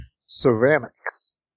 Ceramics